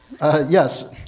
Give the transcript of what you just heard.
Yes